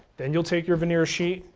then you'll take your veneer sheet,